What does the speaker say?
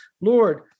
Lord